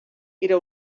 era